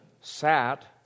sat